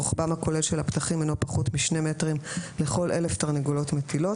רוחבם הכולל של הפתחים אינו פחות משני מטרים לכל אלף תרנגולות מטילות.